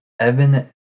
evan